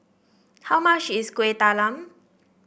how much is Kueh Talam